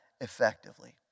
effectively